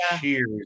cheers